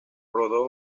rodó